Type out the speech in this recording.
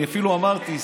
אני אפילו אמרתי,